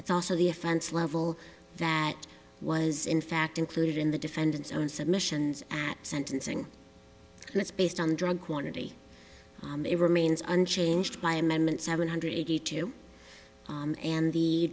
it's also the offense level that was in fact included in the defendant's own submissions at sentencing and it's based on drug quantity it remains unchanged by amendment seven hundred eighty two